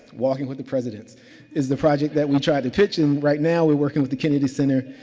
walking with the presidents is the project that we tried to pitch. and right now, we're working with the kennedy center,